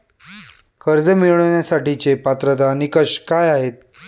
कर्ज मिळवण्यासाठीचे पात्रता निकष काय आहेत?